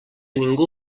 ningú